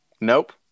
Nope